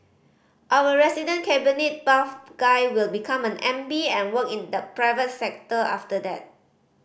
our resident cabinet buff guy will become an M B and work in the private sector after that